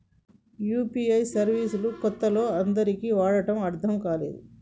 UPI service లు కొత్తలో అందరికీ వాడటం అర్థం కాలేదు